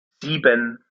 sieben